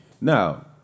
now